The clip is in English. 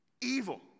Evil